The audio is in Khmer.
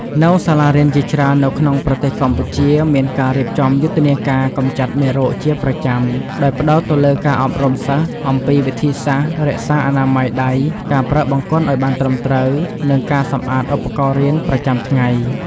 នៅសាលារៀនជាច្រើននៅក្នុងប្រទេសកម្ពុជា មានការរៀបចំយុទ្ធនាការកម្ចាត់មេរោគជាប្រចាំ ដោយផ្តោតទៅលើការអប់រំសិស្សអំពីវិធីសាស្ត្ររក្សាអនាម័យដៃ ការប្រើបង្គន់ឲ្យបានត្រឹមត្រូវ និងការសម្អាតឧបករណ៍រៀនប្រចាំថ្ងៃ។